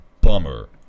bummer